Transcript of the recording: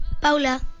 Paula